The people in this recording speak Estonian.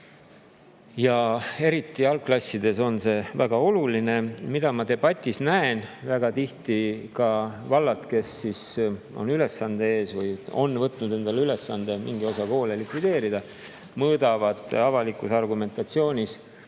Eriti algklassides on see väga oluline. Mida ma debatis näen? Väga tihti ka vallad, kes on ülesande ees või on võtnud endale ülesande osa koole likvideerida, mõõdavad vahemaa suletava kooli